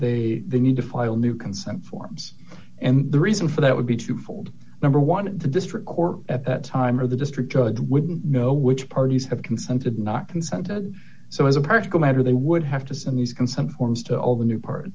point they need to file new consent forms and the reason for that would be twofold number one in the district court at that time or the district judge wouldn't know which parties have consented not consented so as a practical matter they would have to send these consent forms to all the new part